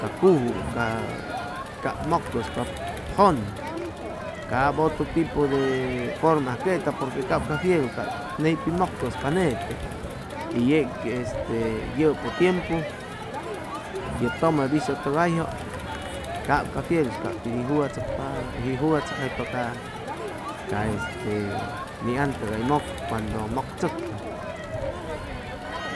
Ca cuju cap mʉk cʉspapʉ jʉn cap otro tipo de forma ajqueta porque cap ca fiuru cap ney pi mʉk cʉspa nete y yeg este yʉpʉ tiempu ye tʉme hizʉb tʉgayjʉ cap ca fiuru piy jujachʉcpa hʉy jugachʉcjaypa ca este ni an tʉgay hʉy mʉk cuando mʉk tzʉcpa